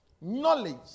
Knowledge